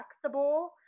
flexible